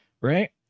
Right